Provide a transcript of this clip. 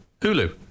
Hulu